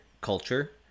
culture